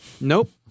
Nope